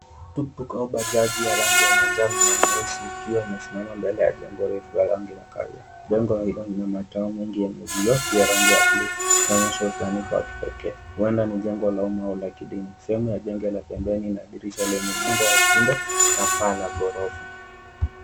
Tuktuk au Bajaji ya rangi ya njano na nyeusi ikiwa imesimama mbele ya jengo refu la rangi ya kahawia. Jeng hilo lina mataa mengi yenye vioo vya rangi ya buluu ikionyesha usanifu wa kipekee, huenda ni jengo la umma au la kidini. Sehemu ya jengo la pembeni lina dirisha lenye umbo wa upinde na paa la gorofa.